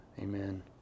amen